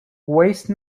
waste